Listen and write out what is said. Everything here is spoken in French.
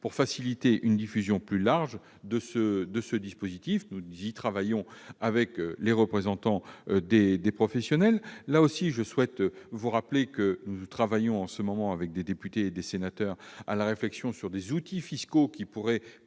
pour faciliter une diffusion plus large de ce dispositif. Nous y travaillons avec les représentants des professionnels. Monsieur le sénateur, je vous rappelle que nous menons actuellement avec des députés et des sénateurs une réflexion sur des outils fiscaux permettant